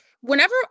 whenever